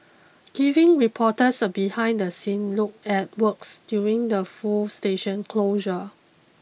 giving reporters a behind the scene look at works during the full station closure